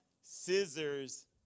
scissors